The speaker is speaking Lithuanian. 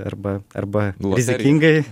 arba arba rizikingai